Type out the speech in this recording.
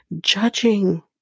judging